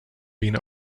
been